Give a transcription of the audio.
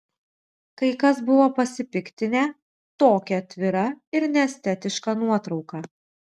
kai kas buvo pasipiktinę tokia atvira ir neestetiška nuotrauka